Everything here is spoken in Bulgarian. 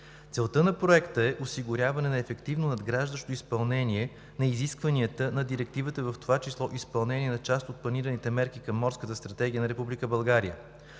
Целта на проекта е осигуряване на ефективно надграждащо изпълнение на изискванията на Директивата, в това число изпълнение на част от планираните мерки към Морската стратегия на